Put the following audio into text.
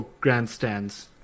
grandstands